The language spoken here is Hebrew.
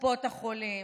קופות החולים,